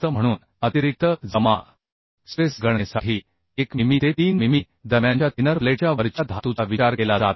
म्हणून अतिरिक्त जमा स्ट्रेस गणनेसाठी 1 मिमी ते 3 मिमी दरम्यानच्या थिनर प्लेटच्या वरच्या धातूचा विचार केला जात नाही